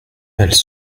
elles